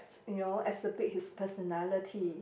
you know acerbate his personality